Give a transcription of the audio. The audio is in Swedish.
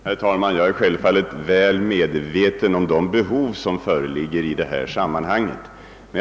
Herr talman! Jag är självfallet väl medveten om de behov som föreligger på detta område.